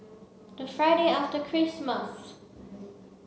the Friday after Christmas